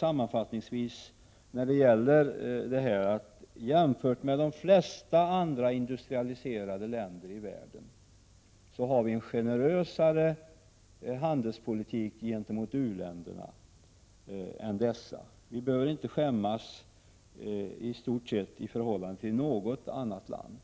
Sammanfattningsvis vill jag säga att vi jämfört med de flesta andra industrialiserade länder i världen har en generösare handelspolitik gentemot u-länderna än dessa. Vi behöver inte skämmas inför i stort sett något annat land.